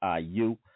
IU